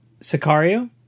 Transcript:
Sicario